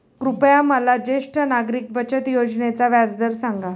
कृपया मला ज्येष्ठ नागरिक बचत योजनेचा व्याजदर सांगा